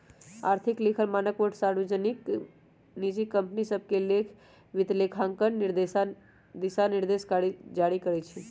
आर्थिक लिखल मानकबोर्ड सार्वजनिक, निजी कंपनि सभके लेल वित्तलेखांकन दिशानिर्देश जारी करइ छै